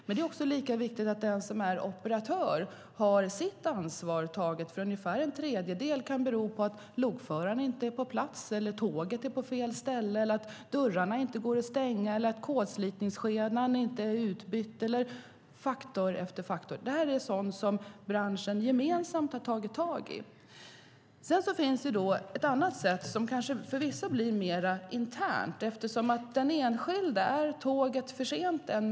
Men det är lika viktigt att den som är operatör tar sitt ansvar, för ungefär en tredjedel kan bero på att lokföraren inte är på plats, att tåget är på fel ställe, att dörrarna inte går att stänga eller att kolslitskenan inte är utbytt. Det kan vara faktor efter faktor. Det här är sådant som branschen gemensamt har tagit tag i. Om tåget är en minut försenat är det trots allt försenat och påverkar den enskildes dagliga planering.